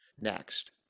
next